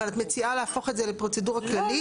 אבל את מציעה להפוך את זה לפרוצדורה כללית?